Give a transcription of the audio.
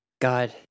god